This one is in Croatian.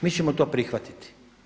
Mi ćemo to prihvatiti.